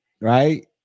right